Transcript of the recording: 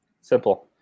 Simple